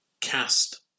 cast